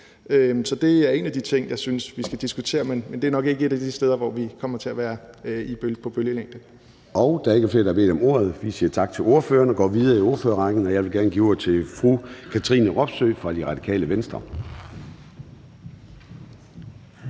Så det er en af de ting, jeg synes vi skal diskutere, men det er nok ikke et af de steder, hvor vi kommer til at være på bølgelængde.